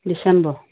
December